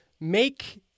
make